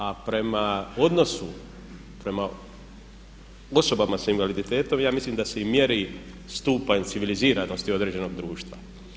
A prema odnosu, prema osobama sa invaliditetom ja mislim da se i mjeri stupanj civiliziranosti određenog društva.